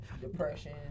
depression